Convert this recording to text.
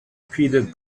peter